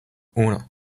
uno